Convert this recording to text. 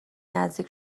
نزدیک